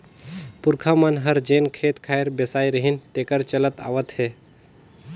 पूरखा मन हर जेन खेत खार बेसाय रिहिन तेहर चलत आवत हे